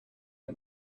and